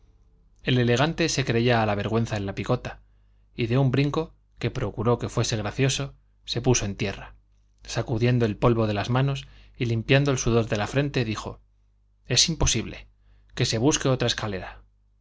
el elegante se creía a la vergüenza en la picota y de un brinco que procuró que fuese gracioso se puso en tierra sacudiendo el polvo de las manos y limpiando el sudor de la frente dijo es imposible que se busque otra escalera